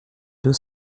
deux